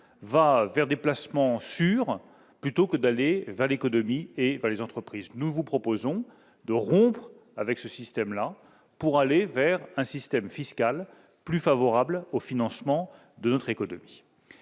va vers des placements sûrs plutôt que vers l'économie et les entreprises. Nous proposons de rompre avec ce système-là pour aller vers un système fiscal plus favorable au financement de notre économie.